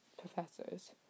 professors